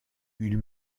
ils